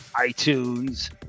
itunes